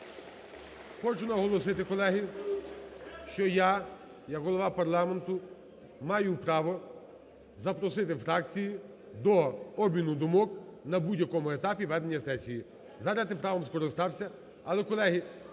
Хочу наголосити, колеги, що я як Голова парламенту маю право запросити фракції до обміну думок на будь-якому етапі ведення сесії. Зараз я тим правом скористався. Але, колеги,